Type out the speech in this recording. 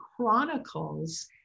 chronicles